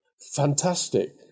fantastic